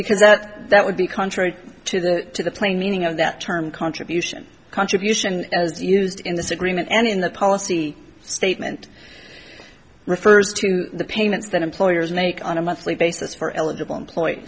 because that that would be contrary to the to the plain meaning of that term contribution contribution as used in this agreement and in the policy statement refers to the payments that employers make on a monthly basis for eligible